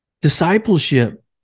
Discipleship